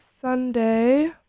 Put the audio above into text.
Sunday